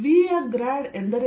V ಯ grade ಎಂದರೇನು